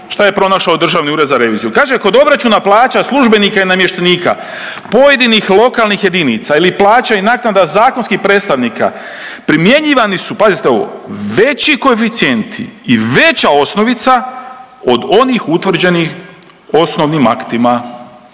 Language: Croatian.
šta je pronašao Državni ured za reviziju. Kaže kod obračuna plaća službenika i namještenika pojedinih lokalnih jedinica ili plaća i naknada zakonskih predstavnika primjenjivani su pazite ovo veći koeficijenti i veća osnovica od onih utvrđenih osnovnim aktima.